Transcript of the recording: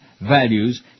values